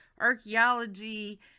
archaeology